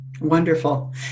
Wonderful